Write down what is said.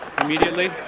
immediately